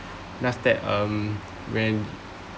like that um when